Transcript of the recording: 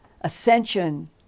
ascension